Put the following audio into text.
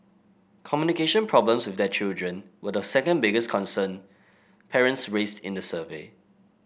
communication problems with their children were the second biggest concern parents raised in the survey